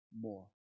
more